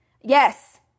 yes